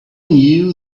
knew